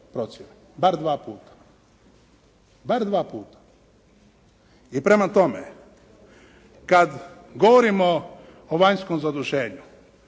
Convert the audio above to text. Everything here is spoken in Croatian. Bar dva puta. I prema tome, kad govorimo o vanjskom zaduženju,